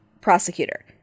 prosecutor